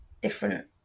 different